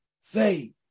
say